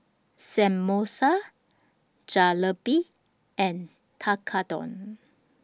Samosa Jalebi and Tekkadon